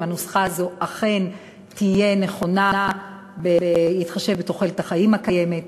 אם הנוסחה הזו אכן תהיה נכונה בהתחשב בתוחלת החיים הקיימת.